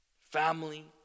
family